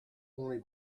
only